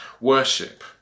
worship